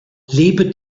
lebe